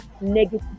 negative